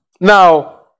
Now